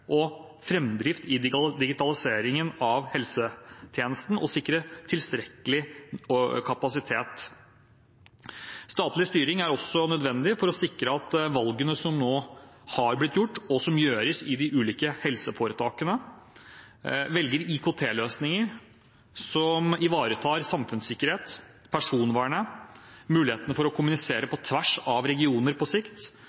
og framdrift i digitaliseringen av helsetjenesten og for å sikre tilstrekkelig kapasitet. Statlig styring er også nødvendig for å sikre valgene som gjøres i de ulike helseforetakene – at man velger IKT-løsninger som ivaretar samfunnssikkerhet, personvern og muligheten for å kommunisere